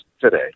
today